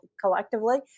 collectively